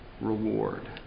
reward